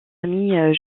famille